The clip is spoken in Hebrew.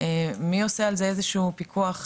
מי עושה על זה איזה שהוא פיקוח?